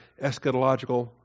eschatological